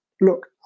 look